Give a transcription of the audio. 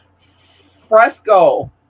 Fresco